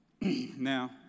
Now